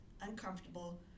uncomfortable